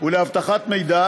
ולאבטחת מידע